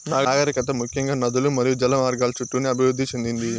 నాగరికత ముఖ్యంగా నదులు మరియు జల మార్గాల చుట్టూనే అభివృద్ది చెందింది